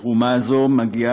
מה שנקרא,